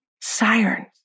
sirens